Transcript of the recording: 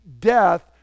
death